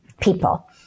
people